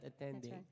attending